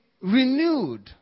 renewed